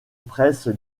presse